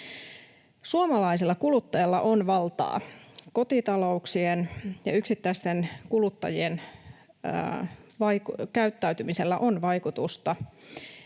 Suomalaisella kuluttajalla on valtaa. Kotitalouksien ja yksittäisten kuluttajien käyttäytymisellä on vaikutusta